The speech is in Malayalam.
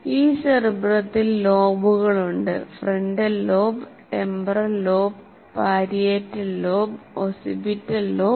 ഈ സെറിബ്രത്തിൽ ലോബുകളുണ്ട് frontal lobe temporal lobe parietal lobe occipital lobe